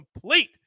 complete